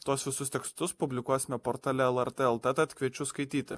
tuos visus tekstus publikuosime portale lrt lt tad kviečiu skaityti